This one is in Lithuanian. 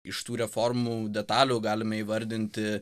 iš tų reformų detalių galime įvardinti